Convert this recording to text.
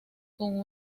con